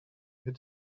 hit